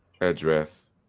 address